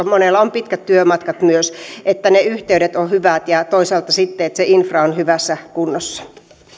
monella on myös pitkät työmatkat se että ne yhteydet ovat hyvät ja toisaalta sitten että se infra on hyvässä kunnossa